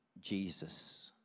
Jesus